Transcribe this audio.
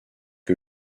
que